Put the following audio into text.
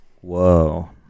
Whoa